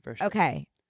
Okay